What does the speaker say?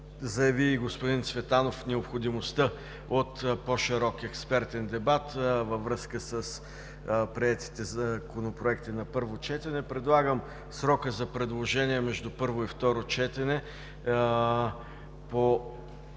заяви господин Цветанов, необходимостта от по-широк експертен дебат във връзка с приетите законопроекти на първо четене, предлагам срокът за предложения между първо и второ четене по